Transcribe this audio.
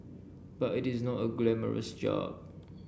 but it is not a glamorous job